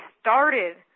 started